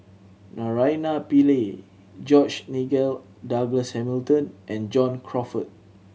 Naraina Pillai George Nigel Douglas Hamilton and John Crawfurd